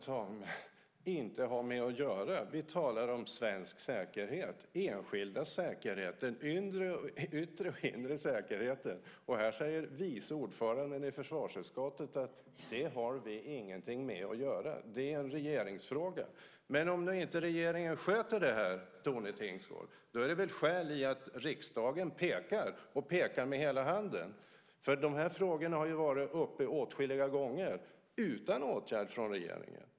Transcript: Fru talman! Tone Tingsgård säger att riksdagen inte har med detta att göra. Vi talar om svensk säkerhet, om enskildas säkerhet, om den yttre och inre säkerheten. Och här säger vice ordföranden i försvarsutskottet att vi inte har någonting med detta att göra utan att det är en regeringsfråga. Men om regeringen nu inte sköter detta, Tone Tingsgård, då finns det väl skäl för riksdagen att peka, och peka med hela handen, på detta. De här frågorna har ju varit uppe åtskilliga gånger utan åtgärd från regeringen.